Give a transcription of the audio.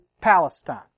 Palestine